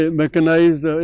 mechanized